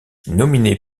nominé